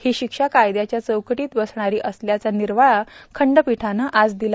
ही शिक्षा कायद्याच्या चौकटीत बसणारी असल्याचा निर्वाळा खंडपीठानं आज दिला